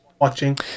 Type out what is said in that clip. watching